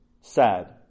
sad